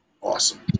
Awesome